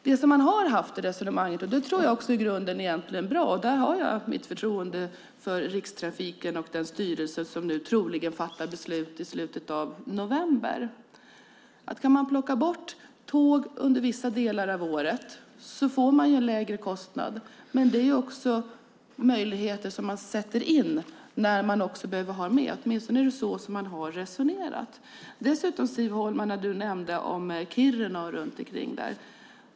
Det som funnits med i resonemanget och som jag i grunden tror är bra - och där har jag förtroende för Rikstrafiken och den styrelse som troligen fattar beslut i slutet av november - är att om man kan plocka bort tåg under vissa delar av året får man en lägre kostnad. Samtidigt ger det möjlighet att sätta in fler tåg när det behövs. Det är åtminstone så man har resonerat. Siv Holma nämnde Kiruna och trakterna där omkring.